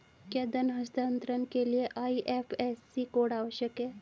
क्या धन हस्तांतरण के लिए आई.एफ.एस.सी कोड आवश्यक है?